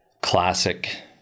classic